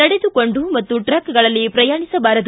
ನಡೆದುಕೊಂಡು ಮತ್ತು ಟ್ರಕ್ಗಳಲ್ಲಿ ಪ್ರಯಾಣಿಸಬಾರದು